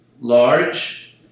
large